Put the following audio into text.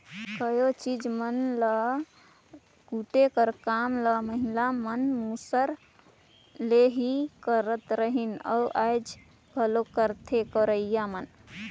कइयो चीज मन ल कूटे कर काम ल महिला मन मूसर ले ही करत रहिन अउ आएज घलो करथे करोइया मन